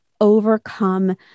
overcome